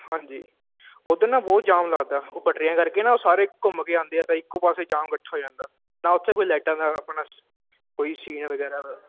ਹਾਂਜੀ ਉੱਧਰ ਨਾ ਬਹੁਤ ਜਾਮ ਲੱਗਦਾ ਉਹ ਪਟਰੀਆਂ ਕਰਕੇ ਨਾ ਉਹ ਸਾਰੇ ਘੁੰਮ ਕੇ ਆਉਂਦੇ ਆ ਤਾਂ ਇੱਕੋ ਪਾਸੇ ਜਾਮ ਇਕੱਠਾ ਹੋ ਜਾਂਦਾ ਨਾ ਉੱਥੇ ਕੋਈ ਲਾਈਟਾਂ ਦਾ ਆਪਣਾ ਕੋਈ ਸੀ ਵਗੈਰਾ